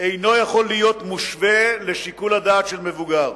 אינו יכול להיות מושווה לשיקול הדעת של מבוגר.